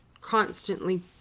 constantly